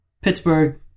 Pittsburgh